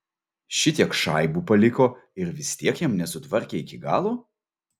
šitiek šaibų paliko ir vis tiek jam nesutvarkė iki galo